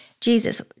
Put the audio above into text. Jesus